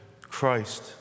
Christ